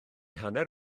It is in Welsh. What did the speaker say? hanner